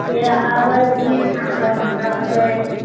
से हम आबै छिए तखन देखबै